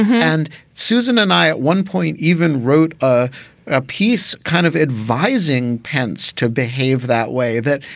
and susan and i at one point even wrote a a piece kind of advising pence to behave that way, that,